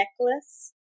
necklace